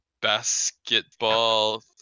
basketball